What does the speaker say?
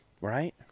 Right